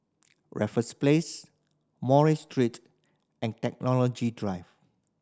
Raffles Place Murray Street and Technology Drive